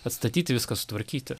atstatyti viską sutvarkyti